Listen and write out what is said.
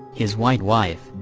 his white wife,